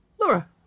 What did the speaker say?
Laura